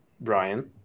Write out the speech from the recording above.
Brian